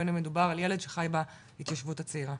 בין אם מדובר על ילד שחי בהתיישבות הצעירה.